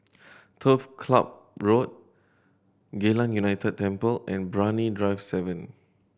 Turf Ciub Road Geylang United Temple and Brani Drive Seven